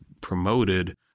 promoted